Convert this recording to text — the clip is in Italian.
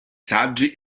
saggi